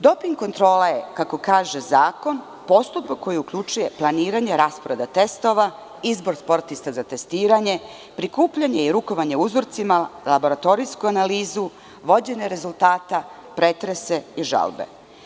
Doping kontrola je, kako kaže zakon, postupak koji uključuje planiranje rasporeda testova, izbor sportista za testiranje, prikupljanje i rukovanje uzorcima, laboratorijsku analizu, vođenje rezultata, pretrese i žalbe.